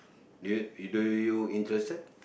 do you do you interested